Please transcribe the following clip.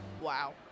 Wow